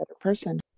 person